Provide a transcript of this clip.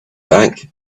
bank